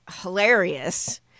hilarious